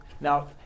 now